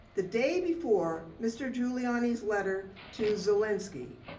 the day before mr. giuliani's letter to zelensky,